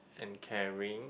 and caring